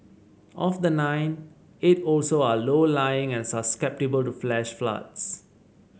of the nine eight also are low lying and susceptible to flash floods